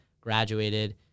graduated